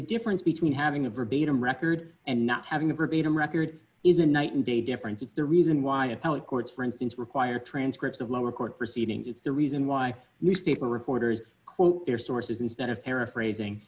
the difference between having a verbatim record and not having a verbatim record is a night and day difference it's the reason why appellate courts for instance require transcripts of lower court proceedings it's the reason why newspaper reporters quote their sources instead of paraphrasing